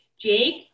Jake